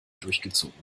durchgezogen